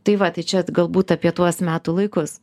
tai va tai čia galbūt apie tuos metų laikus